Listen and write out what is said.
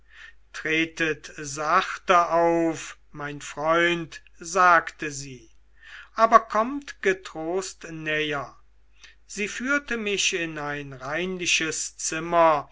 tretet sachte auf mein freund sagte sie aber kommt getrost näher sie führte mich in ein reinliches zimmer